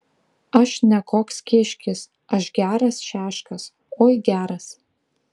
aš ne koks kiškis aš geras šeškas oi geras